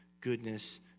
goodness